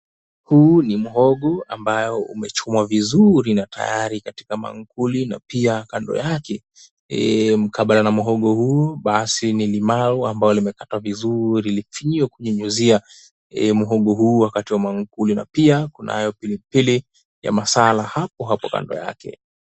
Huu ni muhogo ambayo umechumwa vizuri na tayari katika maankuli na pia kando yake. Mkabala na muhogo huu basi ni limau ambayo limekatwa vizuri, likinyunyizia muhogo huu wakati wa maankuli na pia kunayo pilipili ya masala hapo hapo kando yake.